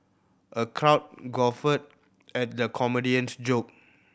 a crowd guffawed at the comedian's joke